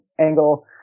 angle